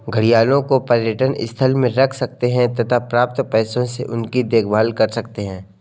घड़ियालों को पर्यटन स्थल में रख सकते हैं तथा प्राप्त पैसों से उनकी देखभाल कर सकते है